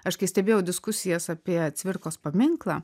aš kai stebėjau diskusijas apie cvirkos paminklą